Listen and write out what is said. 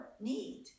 need